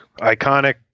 Iconic